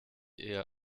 eher